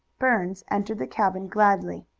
burns entered the cabin gladly.